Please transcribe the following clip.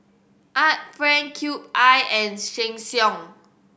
Art Friend Cube I and Sheng Siong